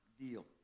deal